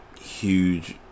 huge